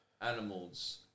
animals